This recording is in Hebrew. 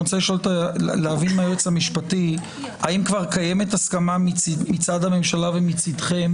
אני רוצה להבין מהיועץ המשפטי האם כבר קיימת הסכמה מצד הממשלה ומצדכם